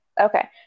Okay